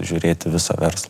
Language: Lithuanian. žiūrėt visą verslą